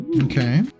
Okay